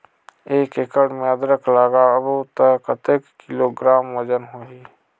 एक एकड़ मे अदरक लगाबो त कतेक किलोग्राम वजन होही?